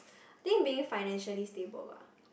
think being financially stable bah